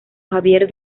javier